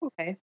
okay